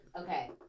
Okay